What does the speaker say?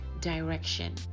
direction